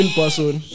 person